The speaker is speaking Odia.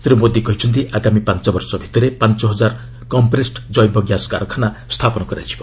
ଶ୍ରୀ ମୋଦି କହିଛନ୍ତି ଆଗାମୀ ପାଞ୍ଚ ବର୍ଷ ଭିତରେ ପାଞ୍ଚ ହଜାର କମ୍ପ୍ରେସଡ୍ ଜୈବ ଗ୍ୟାସ୍ କାରଖାନା ସ୍ଥାପନ କରାଯିବ